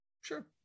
Sure